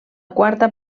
quarta